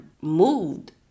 moved